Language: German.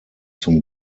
zum